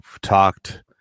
talked